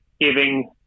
giving